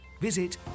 visit